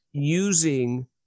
using